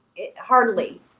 hardly